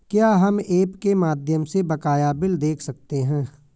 क्या हम ऐप के माध्यम से बकाया बिल देख सकते हैं?